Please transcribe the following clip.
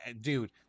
dude